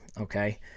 okay